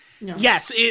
Yes